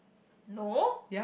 no